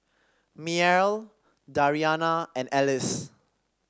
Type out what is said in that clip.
Mearl Dariana and Alice